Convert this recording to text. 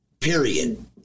period